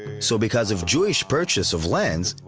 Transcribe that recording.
so because of jewish purchase of land,